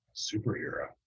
Superhero